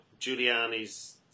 Giuliani's